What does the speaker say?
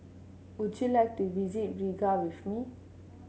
would you like to visit Riga with me